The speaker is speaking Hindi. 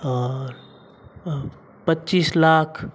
और पच्चीस लाख